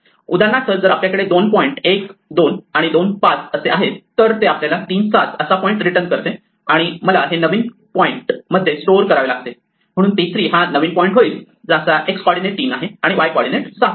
उदाहरणार्थ जर आपल्याकडे दोन पॉईंट 1 2 आणि 2 5 असे आहेत तर ते आपल्याला 3 7 असा पॉईंट रिटर्न करते आणि मला हे नवीन पॉईंट मध्ये स्टोअर करावे लागेल म्हणून p3 हा नवीन पॉइंट होईल ज्याचा x कॉर्डीनेट 3 आहे आणि y कॉर्डीनेट 7 आहे